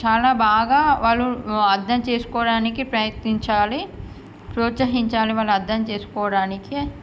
చాలా బాగా వాళ్ళు అర్థం చేసుకోవడానికి ప్రయత్నించాలి ప్రోత్సహించాలి వాళ్ళు అర్థం చేసుకోవడానికి